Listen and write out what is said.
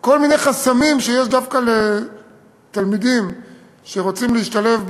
כל מיני חסמים שיש דווקא לתלמידים שרוצים להשתלב באקדמיה,